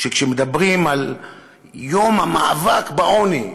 כשמדברים על המאבק בעוני,